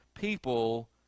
people